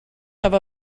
have